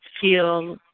feel